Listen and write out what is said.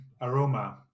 aroma